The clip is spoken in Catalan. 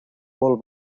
paul